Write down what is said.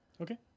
Okay